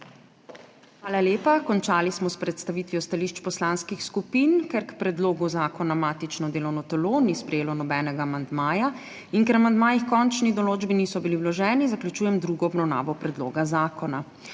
Hvala lepa. Končali smo s predstavitvijo stališč poslanskih skupin. Ker k predlogu zakona matično delovno telo ni sprejelo nobenega amandmaja in ker amandmaji h končni določbi niso bili vloženi, zaključujem drugo obravnavo predloga zakona.